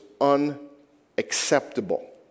unacceptable